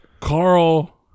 Carl